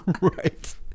right